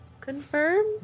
Confirm